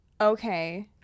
Okay